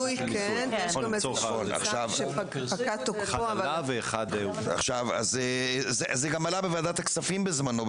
אחד עלה ואחד --- זה גם עלה בוועדת הכספים בזמנו,